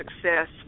success